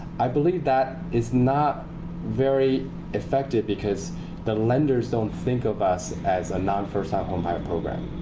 i believe that is not very effective because the lenders don't think of us as a non-first time homebuyer program.